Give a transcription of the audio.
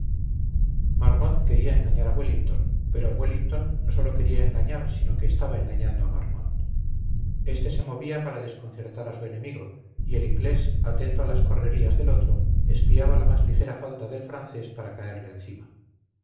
marmont quería engañar a wellington pero wellington no sólo quería engañar sino que estaba engañando a marmont este se movía para desconcertar a su enemigo y el inglés atento a las correrías del otro espiaba la más ligera falta del francés para caerle encima